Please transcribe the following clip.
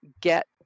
get